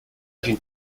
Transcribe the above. d’une